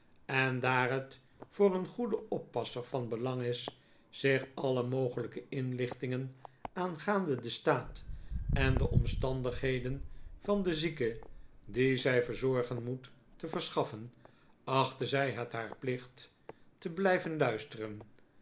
en daar het voor een goede oppasster van belang is zich alle mogelijke inlichtingen aangaande den staat en de omstandigheden van den zieke dien zij verzorgen moet te verschaffen achtte zij het haar plicht te blijven luisteren